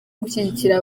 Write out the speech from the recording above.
gushyigikira